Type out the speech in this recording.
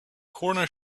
corner